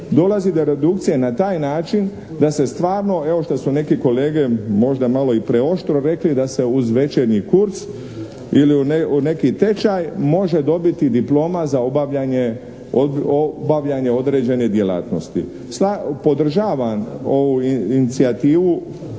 dolazi do redukcije na taj način da se stvarno evo što su neki kolege možda malo i preoštro rekli da se uz večernji kurs ili u neki tečaj može dobiti diploma za obavljanje određene djelatnosti. Podržavam ovu inicijativu